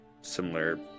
similar